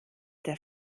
der